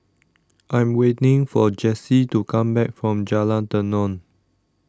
I'm waiting for Jessi to come back from Jalan Tenon